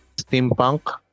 Steampunk